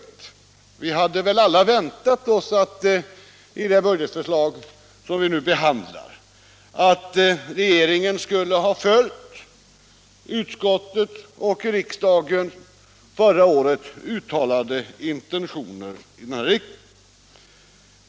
Vi hade — 16 mars 1977 väl alla väntat oss att regeringen i det budgetförslag som vi nu behandlar skulle ha följt de av utskottet och riksdagen förra året uttalade inten Vägverkets förrådstionerna.